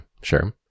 sure